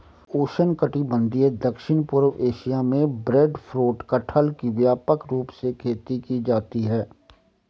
उष्णकटिबंधीय दक्षिण पूर्व एशिया में ब्रेडफ्रूट कटहल की व्यापक रूप से खेती की जाती है